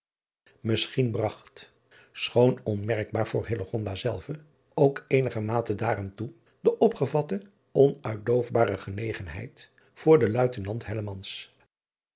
isschien bragt schoon onmerkbaar voor driaan oosjes zn et leven van illegonda uisman zelve ook eenigermate daaraan toe de opgevatte en onuitdoofbare genegenheid voor den uitenant